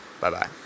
bye-bye